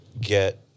get